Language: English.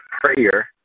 prayer